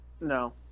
No